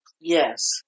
Yes